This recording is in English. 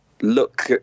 look